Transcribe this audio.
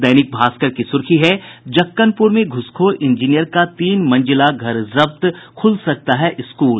दैनिक भास्कर की सुर्खी है जक्कनपुर में घूसखोर इंजीनियर का तीन मंजिला घर जब्त खुल सकता है स्कूल